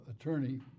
attorney